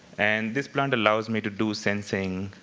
and this plant allows me to do sensing,